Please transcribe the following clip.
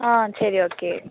ஆ சரி ஓகே